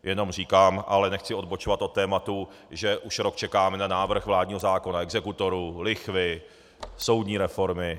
Jenom říkám, ale nechci odbočovat od tématu, že už rok čekáme na návrh vládního zákona exekutorů, lichvy, soudní reformy.